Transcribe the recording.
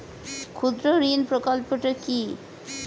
ক্ষুদ্রঋণ প্রকল্পটি কি?